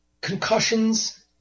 concussions